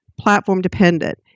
platform-dependent